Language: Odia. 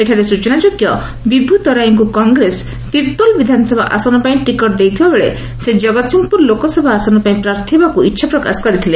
ଏଠାରେ ସୂଚନାଯୋଗ୍ୟ ବିଭୁ ତରାଇଙ୍କୁ କଂଗ୍ରେସ ତିର୍ଭୋଲ ବିଧାନସଭା ଆସନ ପାଇଁ ଟିକେଟ ଦେଇଥିବାବେଳେ ସେ ଜଗତସିଂହପୁର ଲୋକସଭା ଆସନ ପାଇଁ ପ୍ରାର୍ଥୀ ହେବାକୁ ଇଛା ପ୍ରକାଶ କରିଥିଲେ